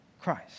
Christ